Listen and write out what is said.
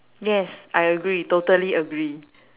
yes I agree totally agree